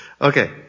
Okay